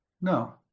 No